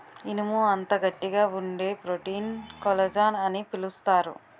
ఇనుము అంత గట్టిగా వుండే ప్రోటీన్ కొల్లజాన్ అని పిలుస్తారు